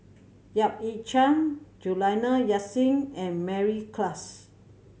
Yap Ee Chian Juliana Yasin and Mary Klass